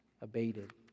abated